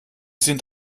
sind